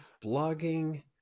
blogging